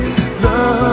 Love